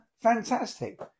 fantastic